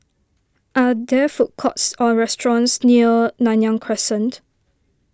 are there food courts or restaurants near Nanyang Crescent